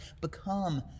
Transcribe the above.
become